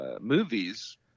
movies